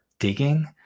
Digging